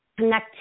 connectivity